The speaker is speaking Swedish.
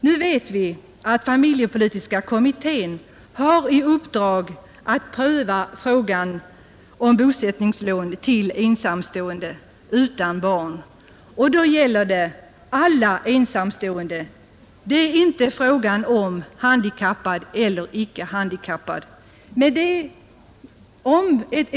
Nu vet vi att familjepolitiska kommittén har i uppdrag att pröva frågan om bosättningslån till ensamstående utan barn. Det är inte fråga om handikappade eller icke handikappade utan om alla ensamstående.